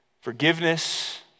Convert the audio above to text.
Forgiveness